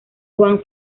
juan